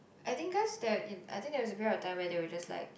I think guys there I think there is a period of time where they were just like